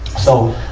so,